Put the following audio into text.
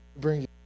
bring